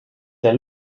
der